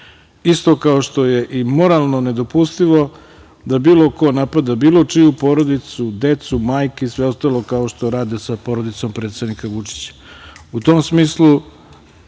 isto kao što je i moralno nedopustivo da bilo ko napada bilo čiju porodicu, decu, majke i sve ostalo, kao što sa rade sa porodicom predsednika Vučića.